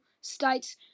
states